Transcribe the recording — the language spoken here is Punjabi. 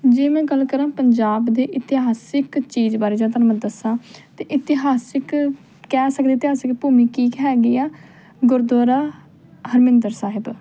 ਜੇ ਮੈਂ ਗੱਲ ਕਰਾਂ ਪੰਜਾਬ ਦੇ ਇਤਿਹਾਸਿਕ ਚੀਜ਼ ਬਾਰੇ ਜਾਂ ਤੁਹਾਨੂੰ ਮੈਂ ਦੱਸਾਂ ਤਾਂ ਇਤਿਹਾਸਿਕ ਕਹਿ ਸਕਦੇ ਇਤਿਹਾਸਿਕ ਭੂਮੀ ਕੀ ਹੈਗੀ ਆ ਗੁਰਦੁਆਰਾ ਹਰਮਿੰਦਰ ਸਾਹਿਬ